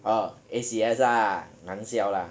orh A_C_S lah 男校啦